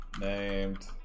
named